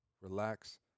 Relax